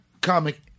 comic